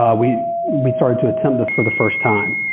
we we started to attempt this for the first time.